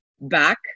back